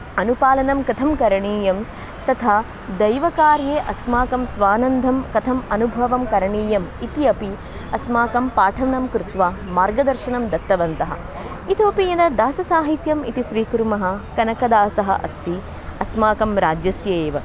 अनुपालनं कथं करणीयं तथा दैवकार्ये अस्माकं स्वानन्दं कथम् अनुभवं करणीयम् इति अपि अस्माकं पाठनं कृत्वा मार्गदर्शनं दत्तवन्तः इतोपि यदा दाससाहित्यम् इति स्वीकुर्मः कनकदासः अस्ति अस्माकं राज्यस्य एव